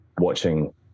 watching